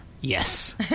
Yes